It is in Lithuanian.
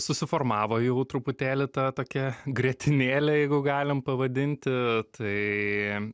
susiformavo jau truputėlį ta tokia grietinėlė jeigu galim pavadinti tai